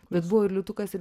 bet buvo ir liūtukas ir